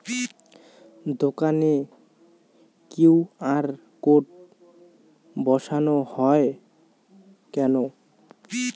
দোকানে QR code বসানো হয় কেন?